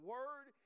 Word